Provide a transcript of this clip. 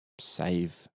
save